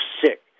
sick